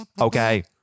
Okay